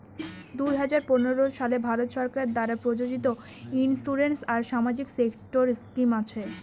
দুই হাজার পনেরো সালে ভারত সরকার দ্বারা প্রযোজিত ইন্সুরেন্স আর সামাজিক সেক্টর স্কিম আছে